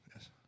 Yes